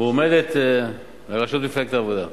מועמדת לראשות מפלגת העבודה.